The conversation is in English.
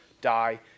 die